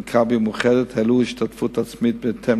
"מכבי" ו"מאוחדת" העלו את תעריפי ההשתתפות העצמית בהתאם